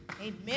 Amen